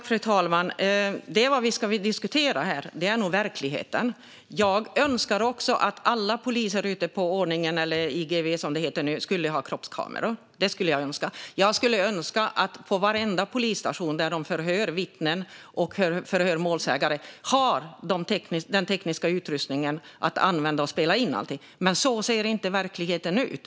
Fru talman! Vad vi ska diskutera här är nog verkligheten. Jag önskar också att alla poliser ute på ordningen - eller IGV, som det heter nu - hade kroppskameror. Jag önskar att varenda polisstation där man förhör vittnen och målsägande hade den tekniska utrustningen för att spela in och använda allting. Men så ser inte verkligheten ut.